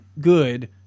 good